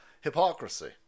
hypocrisy